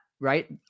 right